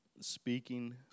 speaking